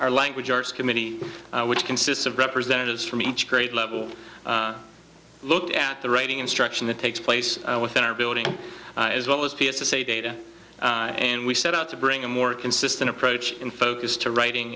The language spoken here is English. our language arts committee which consists of representatives from each grade level look at the writing instruction that takes place within our building as well as p s a data and we set out to bring a more consistent approach and focus to writing